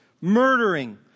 murdering